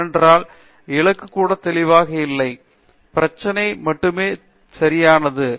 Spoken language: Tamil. ஏனென்றால் இலக்கு கூட தெளிவாக இல்லை பிரச்சனை மட்டுமே சரியானது